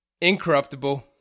incorruptible